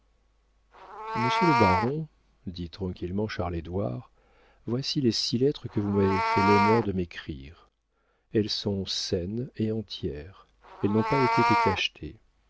monsieur le baron dit tranquillement charles édouard voici les six lettres que vous m'avez fait l'honneur de m'écrire elles sont saines et entières elles n'ont pas été décachetées